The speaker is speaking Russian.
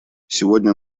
сегодня